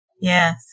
Yes